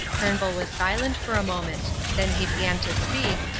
turnbull was silent for a moment. then he began to speak,